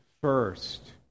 first